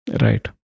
Right